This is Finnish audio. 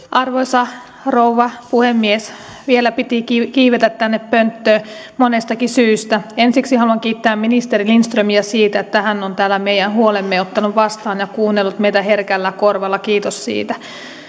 arvoisa rouva puhemies vielä piti kiivetä kiivetä tänne pönttöön monestakin syystä ensiksi haluan kiittää ministeri lindströmiä siitä että hän on täällä meidän huolemme ottanut vastaan ja kuunnellut meitä herkällä korvalla kiitos siitä